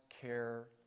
care